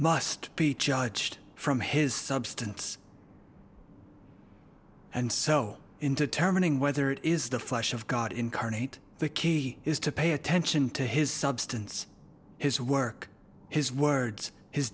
must be judged from his substance and so into terminating whether it is the flesh of god incarnate the key is to pay attention to his substance his work his words his